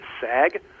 SAG